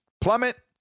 plummet